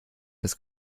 das